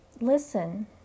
listen